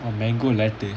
oh mango latte